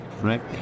Right